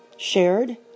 Shared